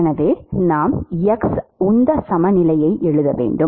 எனவே நாம் X உந்த சமநிலையை எழுத வேண்டும்